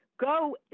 go